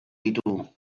ditugu